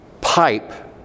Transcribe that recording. pipe